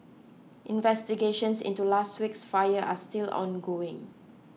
investigations into last week's fire are still ongoing